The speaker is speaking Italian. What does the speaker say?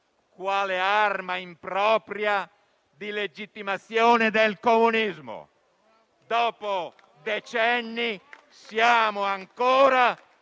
quale arma impropria di legittimazione del comunismo. Dopo decenni, siamo ancora